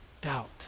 doubt